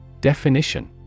Definition